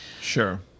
sure